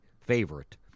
favorite